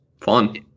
fun